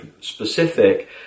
specific